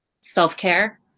self-care